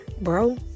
bro